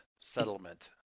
settlement